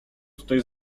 tutaj